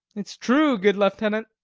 it's true, good lieutenant.